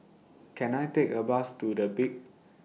Can I Take A Bus to The Peak